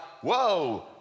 whoa